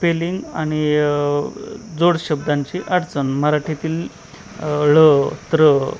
spelling आणि जोड शब्दांची अडचण मराठीतील ळ त्र